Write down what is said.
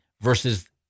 versus